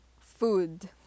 Food